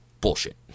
Bullshit